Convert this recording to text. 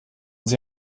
sie